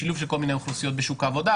שילוב של כל מיני אוכלוסיות בשוק העבודה,